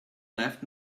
left